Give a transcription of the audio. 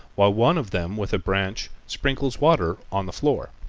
while one of them with a branch sprinkles water on the floor.